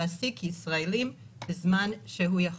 להעסיק ישראלים בזמן שהוא יכול.